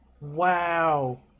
Wow